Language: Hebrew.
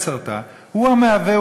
אתה יצרת" הוא המהווה,